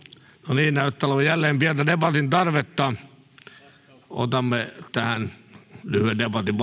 niin näyttää olevan jälleen pientä debatin tarvetta otamme tähän lyhyen debatin